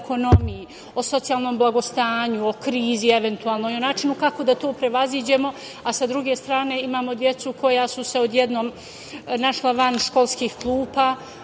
o socijalnom blagostanju, o krizi eventualno i o načinu kako da to prevaziđemo, a sa druge strane imamo decu koja su se odjednom našla van školskih klupa.